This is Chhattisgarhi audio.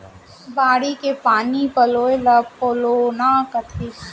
बाड़ी के पानी पलोय ल पलोना कथें